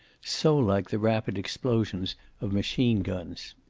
so like the rapid explosions of machine guns.